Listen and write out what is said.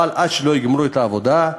אבל עד שלא יגמרו את העבודה,